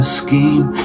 scheme